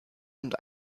und